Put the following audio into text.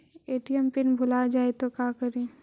ATM PIN भुला जाए तो का करी?